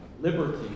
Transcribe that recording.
liberty